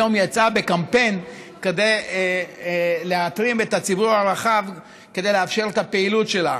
היום יצאה בקמפיין להתרים את הציבור הרחב כדי לאפשר את הפעילות שלה.